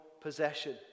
possession